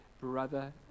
brother